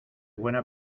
buena